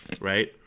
right